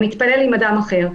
המתפלל עם אדם אחר.